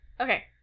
Okay